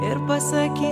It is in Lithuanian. ir pasakys